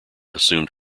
assumed